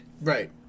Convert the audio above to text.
Right